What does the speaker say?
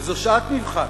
וזו שעת מבחן.